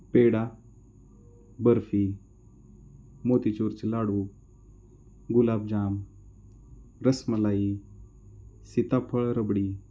पेढा बर्फी मोतीचूरचे लाडू गुलाबजाम रसमलाई सीताफळ रबडी